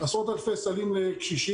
עשרות אלפי סלים לקשישים,